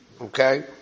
Okay